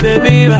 Baby